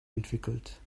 entwickelt